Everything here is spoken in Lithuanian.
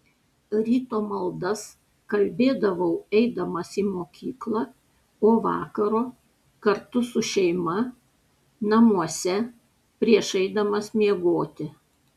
ryto maldas kalbėdavau eidamas į mokyklą o vakaro kartu su šeima namuose prieš eidamas miegoti